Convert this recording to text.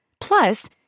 plus